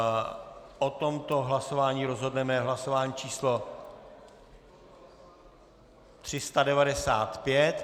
O tomto hlasování rozhodneme v hlasování číslo 395.